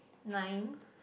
nine